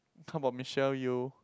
how about Michelle-Yeo